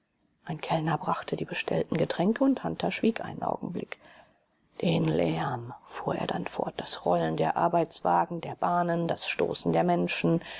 ein kellner brachte die bestellten getränke und hunter schwieg einen augenblick den lärm fuhr er dann fort das rollen der arbeitswagen der bahnen das stoßen der menschen